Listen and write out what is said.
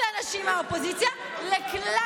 תעמוד ותצדיע כשהיא מספרת את הסיפור שלה.